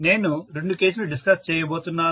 నేను రెండు కేసులు డిస్కస్ చేయబోతున్నాను